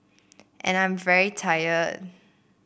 and I'm very tired